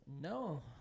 No